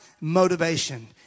motivation